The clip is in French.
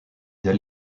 dès